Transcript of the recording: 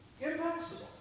Impossible